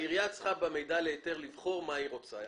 העירייה צריכה במידע להיתר לבחור מה היא רוצה.